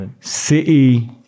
City